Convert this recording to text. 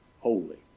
holy